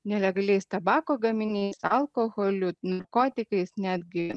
nelegaliais tabako gaminiais alkoholiu narkotikais netgi